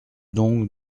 donc